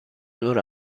ظهر